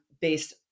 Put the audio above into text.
based